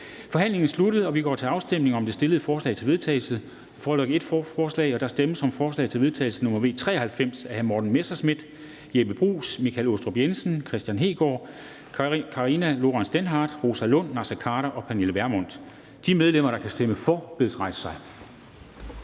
Forhandlingen er sluttet, og vi går til afstemning om det fremsatte forslag til vedtagelse. Der foreligger et forslag. Der stemmes om forslag til vedtagelse nr. V 93 af Morten Messerschmidt (DF), Jeppe Bruus (S), Michael Aastrup Jensen (V), Kristian Hegaard (RV), Karina Lorentzen Dehnhardt (SF), Rosa Lund (EL), Naser Khader (KF) og Pernille Vermund (NB). De medlemmer, der stemmer for, bedes rejse sig.